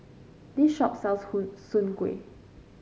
this shop sells Soon Kway